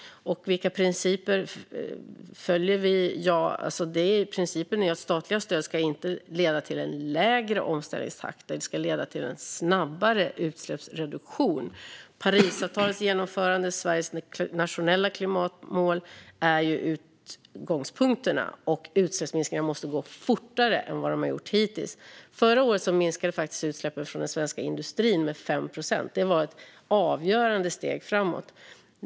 Han frågade också vilka principer vi följer. Principen är ju att statliga stöd inte ska leda till lägre omställningstakt utan till snabbare utsläppsreduktion. Parisavtalets genomförande och Sveriges nationella klimatmål är utgångspunkterna, och utsläppsminskningarna måste gå fortare än hittills. Förra året minskade faktiskt utsläppen från den svenska industrin med 5 procent. Det var ett avgörande steg framåt.